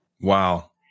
Wow